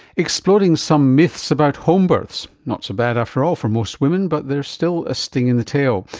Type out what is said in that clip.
exploding some myths about homebirths. not so bad after all for most women but there's still a sting in the tail.